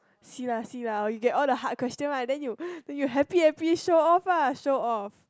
see lah see lah oh you get all the hard question right then you then you happy happy show off lah show off